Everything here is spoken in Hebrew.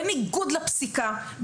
בניגוד לפסיקה,